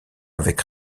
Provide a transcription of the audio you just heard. avec